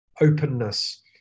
openness